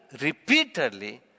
repeatedly